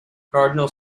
cardinal